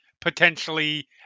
potentially